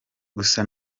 gusa